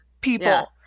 People